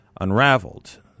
unraveled